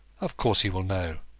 of course he will know.